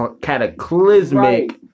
cataclysmic